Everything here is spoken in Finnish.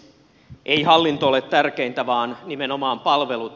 ei hallinto ole tärkeintä vaan nimenomaan palvelut